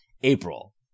April